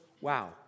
wow